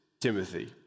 Timothy